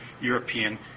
European